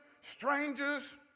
strangers